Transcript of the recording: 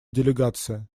делегация